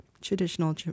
traditional